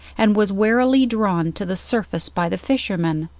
and was warily drawn to the surface by the fisherman,